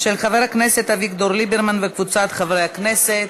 של חבר הכנסת אביגדור ליברמן וקבוצת חברי הכנסת.